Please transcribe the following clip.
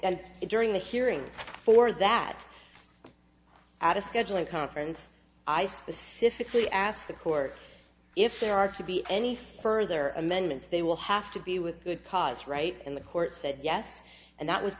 and during the hearing for that at a scheduling conference i specifically asked the court if there are to be any further amendments they will have to be with good cause right in the court said yes and that was